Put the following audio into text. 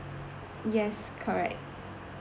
yes correct